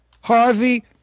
harvey